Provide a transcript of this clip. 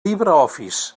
libreoffice